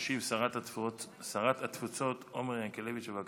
תשיב שרת התפוצות עומר ינקלביץ', בבקשה.